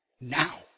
now